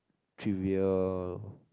trivium